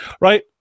right